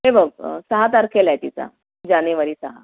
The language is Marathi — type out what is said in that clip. हे बघ सहा तारखेला आहे तिचा जानेवारी सहा